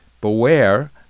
beware